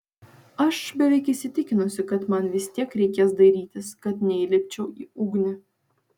aš beveik įsitikinusi kad man vis tiek reikės dairytis kad neįlipčiau į ugnį